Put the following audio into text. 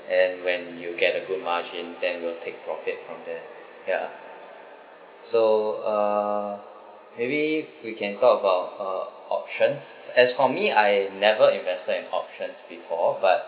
and when you get a good margin then you'll take profit from there ya so uh maybe we can talk about uh option as for me I never invested in options before but